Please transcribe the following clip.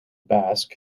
basque